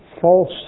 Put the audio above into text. false